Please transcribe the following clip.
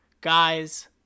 guys